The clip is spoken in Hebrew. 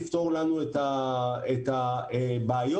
איזשהו פאזל